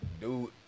dude